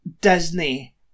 Disney